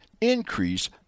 increase